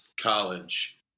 college